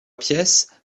pièces